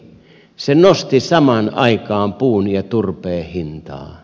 se nosti samaan aikaan puun ja turpeen hintaa